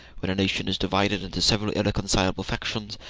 when a nation is divided into several irreconcilable factions,